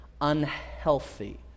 unhealthy